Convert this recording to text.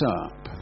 up